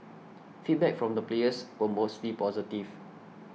feedback from the players were mostly positive